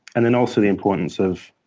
and and also the importance of